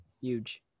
huge